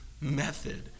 method